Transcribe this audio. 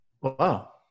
Wow